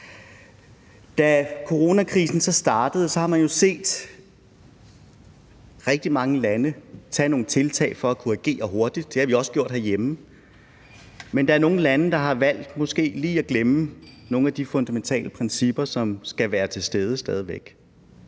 Da coronakrisen så startede, så man jo rigtig mange lande tage nogle tiltag for at kunne agere hurtigt, og det gjorde vi også herhjemme, men der er nogle lande, der måske lige har valgt at glemme nogle af de fundamentale principper, som stadig væk skal være til stede.